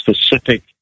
specific